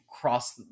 cross